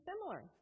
similar